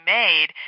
made